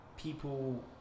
People